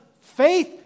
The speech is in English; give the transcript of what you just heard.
faith